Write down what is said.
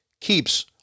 KEEPS